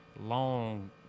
Long